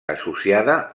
associada